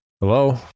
Hello